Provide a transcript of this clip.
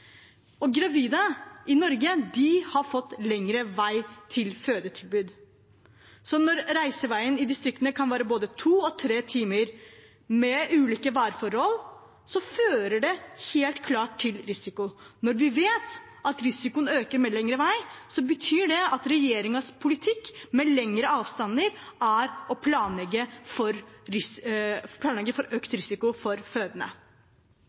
Gravide i Norge har fått lengre vei til fødetilbudet. Når reiseveien i distriktene kan være på både to og tre timer, med ulike værforhold, fører det helt klart til risiko, og når vi vet at risikoen øker med lengre vei, betyr det at regjeringens politikk med lengre avstander er å planlegge for økt risiko for